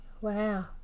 wow